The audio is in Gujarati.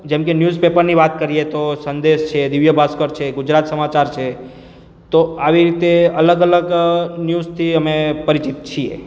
જેમ કે ન્યુઝ પેપરની વાત કરીએ તો સંદેશ છે દિવ્ય ભાસ્કર છે ગુજરાત સમાચાર છે તો આવી રીતે અલગ અલગ ન્યુઝથી અમે પરિચિત છીએ